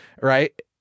right